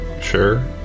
sure